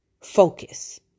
focus